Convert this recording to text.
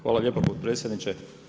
Hvala lijepa potpredsjedniče.